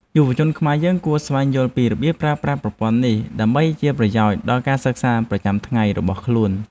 យុវជនខ្មែរយើងគួរតែស្វែងយល់ពីរបៀបប្រើប្រាស់ប្រព័ន្ធនេះដើម្បីជាប្រយោជន៍ដល់ការសិក្សាប្រចាំថ្ងៃរបស់ខ្លួន។